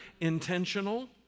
intentional